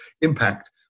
impact